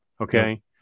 Okay